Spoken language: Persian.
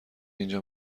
اینجا